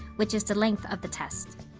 which is the length of the test.